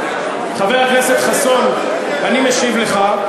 אתם חתמתם, חבר הכנסת חסון, אני משיב לך.